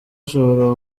ashobora